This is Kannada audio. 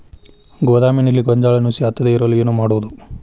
ಗೋದಾಮಿನಲ್ಲಿ ಗೋಂಜಾಳ ನುಸಿ ಹತ್ತದೇ ಇರಲು ಏನು ಮಾಡುವುದು?